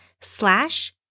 slash